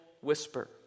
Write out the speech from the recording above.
whisper